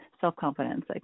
Self-confidence